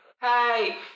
hey